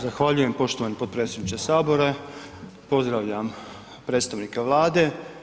Zahvaljujem poštovani potpredsjedniče Sabora, pozdravljam predstavnika Vlade.